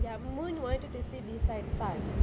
ya moon wanted to sit beside sun